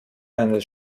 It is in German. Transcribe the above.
eines